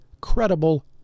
credible